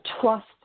trust